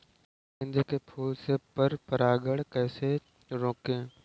गेंदे के फूल से पर परागण कैसे रोकें?